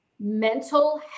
mental